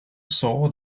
saw